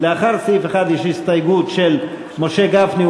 לאחר סעיף 1 יש הסתייגות של משה גפני,